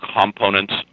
components